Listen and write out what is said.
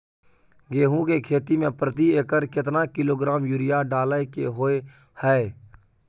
गेहूं के खेती में प्रति एकर केतना किलोग्राम यूरिया डालय के होय हय?